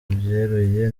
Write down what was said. byeruye